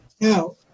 Now